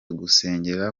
gusengera